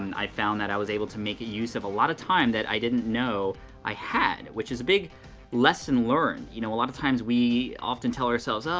i found that i was able to make use of a lot of time that i didn't know i had, which is a big lesson learned. you know a lot of times we often tell ourselves, oh,